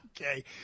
Okay